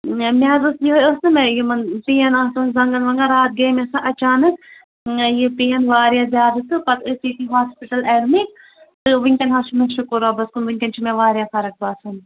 مےٚ مےٚ حظ ٲس یِہےَ ٲس نا مےٚ یِمن پین آسان زَنٛگَن وَنٛگَن رات گٔے مےٚ سۅ اچانٛک مےٚ یہِ پین واریاہ زیادٕ تہٕ پَتہٕ ٲسۍ ییٚتی ہاسپِٹل ایٚڈمِٹ تہٕ وُنکیٚن حظ چھُ مےٚ شُکُر رۄبَس کُن وُنکیٚن چھُ مےٚ واریاہ فرق باسان